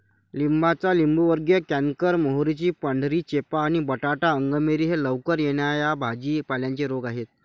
लिंबाचा लिंबूवर्गीय कॅन्कर, मोहरीची पांढरी चेपा आणि बटाटा अंगमेरी हे लवकर येणा या भाजी पाल्यांचे रोग आहेत